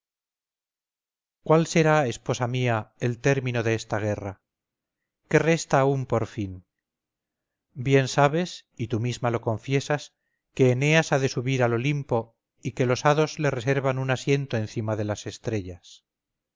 cuál será esposa mía el término de esta guerra qué resta aún por fin bien sabes y tú misma lo confiesas que eneas ha de subir al olimpo y que los hados le reservan un asiento encima de las estrellas